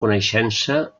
coneixença